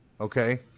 okay